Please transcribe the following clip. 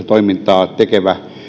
toimintaa tekevä